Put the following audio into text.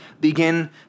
begin